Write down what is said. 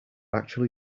actually